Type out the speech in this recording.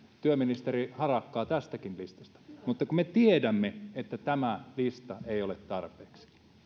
työministeri harakkaa tästäkin listasta mutta me tiedämme että tämä lista ei ole tarpeeksi